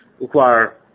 require